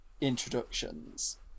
introductions